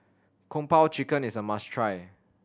Kung Po Chicken is a must try